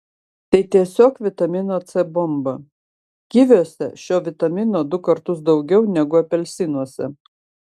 tai tiesiog vitamino c bomba kiviuose šio vitamino du kartus daugiau negu apelsinuose